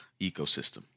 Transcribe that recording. ecosystem